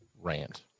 rant